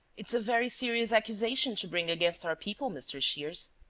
it is a very serious accusation to bring against our people, mr. shears,